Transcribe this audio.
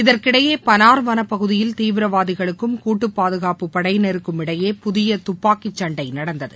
இதற்கிடையே பனார் வளப்பகுதியில் தீவிரவாதிகளுக்கும் கூட்டு பாதுகாப்பு படையினருக்கும் இடையே புதிய துப்பாக்கி சண்டை நடந்தது